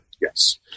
Yes